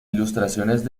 ilustraciones